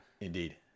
Indeed